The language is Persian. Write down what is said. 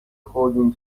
خوردیم